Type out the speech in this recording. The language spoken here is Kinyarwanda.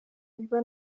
biba